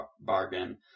bargain